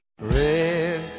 Red